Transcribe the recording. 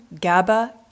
GABA